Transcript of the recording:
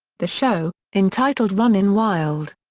the show, entitled runnin' wild.